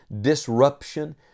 disruption